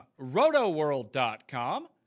rotoworld.com